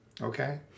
Okay